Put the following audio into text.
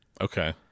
okay